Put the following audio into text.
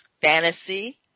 fantasy